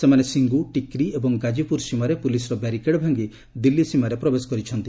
ସେମାନେ ସିଙ୍ଗୁ ଟିକ୍ରି ଏବଂ ଗାଜିପୁର ସୀମାରେ ପୁଲିସର ବ୍ୟାରିକେଡ୍ ଭାଙ୍ଗି ଦିଲ୍ଲୀ ସୀମାରେ ପ୍ରବେଶ କରିଛନ୍ତି